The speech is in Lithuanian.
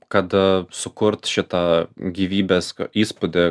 kad sukurt šitą gyvybės įspūdį